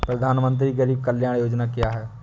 प्रधानमंत्री गरीब कल्याण योजना क्या है?